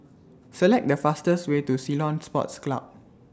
Select The fastest Way to Ceylon Sports Club